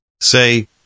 Say